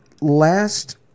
Last